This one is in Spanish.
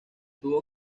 tuvo